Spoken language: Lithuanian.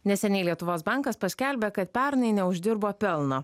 neseniai lietuvos bankas paskelbė kad pernai neuždirbo pelno